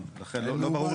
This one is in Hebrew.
משרד